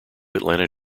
atlanta